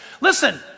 Listen